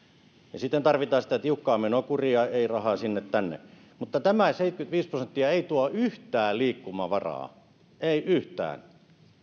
ja tarvitaan sitä tiukkaa menokuria ei rahaa sinne tänne mutta tämä seitsemänkymmentäviisi prosenttia ei tuo yhtään liikkumavaraa ei yhtään